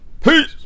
Peace